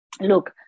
Look